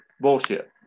bullshit